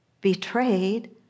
betrayed